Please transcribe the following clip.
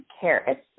carrots